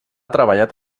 treballat